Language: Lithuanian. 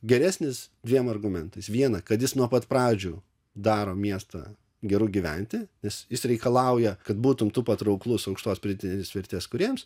geresnis dviem argumentais viena kad jis nuo pat pradžių daro miestą geru gyventi nes jis reikalauja kad būtum tu patrauklus aukštos pridėtinės vertės kuriems